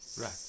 Right